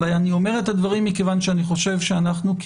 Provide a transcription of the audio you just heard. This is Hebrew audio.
אני אומר את הדברים מכיוון שאני חושב שאנחנו,